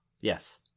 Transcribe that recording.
Yes